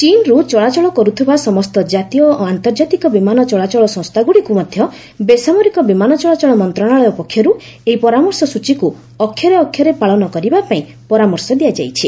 ଚୀନ୍ରୁ ଚଳାଚଳ କରୁଥିବା ସମସ୍ତ କାତୀୟ ଓ ଆନ୍ତର୍ଜାତିକ ବିମାନ ଚଳାଚଳ ସଂସ୍ଥାଗୁଡ଼ିକୁ ମଧ୍ୟ ବେସାମରିକ ବିମାନ ଚଳାଚଳ ମନ୍ତ୍ରଣାଳୟ ପକ୍ଷରୁ ଏହି ପରାମର୍ଶ ସ୍ୱଚୀକୁ ଅକ୍ଷରେ ଅକ୍ଷରେ ପାଳନ କରିବା ପାଇଁ ପରାମର୍ଶ ଦିଆଯାଇଛି